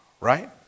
right